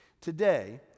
Today